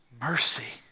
mercy